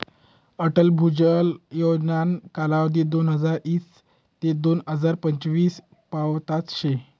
अटल भुजल योजनाना कालावधी दोनहजार ईस ते दोन हजार पंचवीस पावतच शे